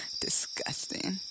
Disgusting